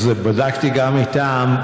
אז בדקתי גם איתם.